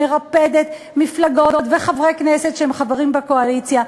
מרפדת מפלגות וחברי כנסת שהם חברים בקואליציה,